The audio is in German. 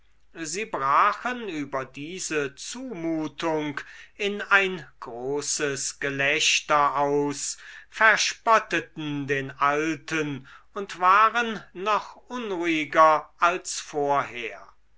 sie brachen über diese zumutung in ein großes gelächter aus verspotteten den alten und waren noch unruhiger als vorher